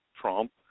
Trump